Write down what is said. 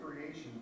creation